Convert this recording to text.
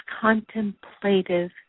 contemplative